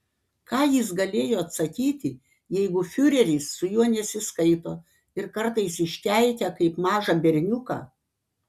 ką jis galėjo atsakyti jeigu fiureris su juo nesiskaito ir kartais iškeikia kaip mažą berniuką